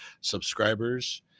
subscribers